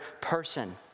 person